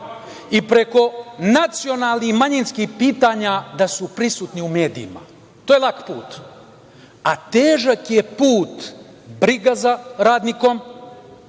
i preko nacionalnih manjinskih pitanja da su prisutni u medijima. To je lak put, a težak je put briga za radnikom,